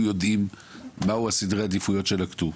יודעים מהם סדרי העדיפויות שנקטו.